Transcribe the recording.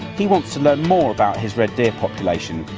he wants to learn more about his red deer population.